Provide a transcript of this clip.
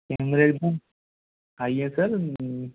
कैमरे भी हाई है सर